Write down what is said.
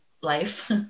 life